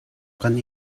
kan